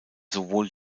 sowohl